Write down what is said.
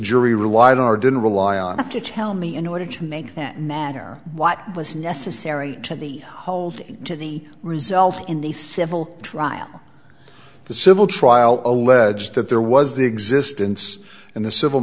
jury relied on our didn't rely on to tell me in order to make that matter what was necessary to the hold to the result in the civil trial the civil trial allege that there was the existence in the civil